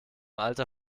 alter